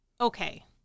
okay